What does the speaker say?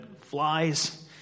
flies